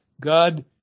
God